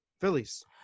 Phillies